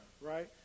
right